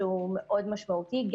שהוא משמעותי מאוד.